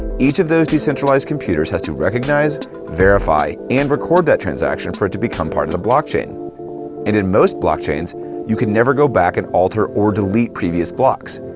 each of those decentralized computers has to recognize, verify and record that transaction for it to become part of the blockchain. and in most blockchains you can never go back and alter or delete previous blocks,